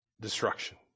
Destruction